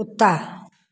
कुत्ता